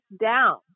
down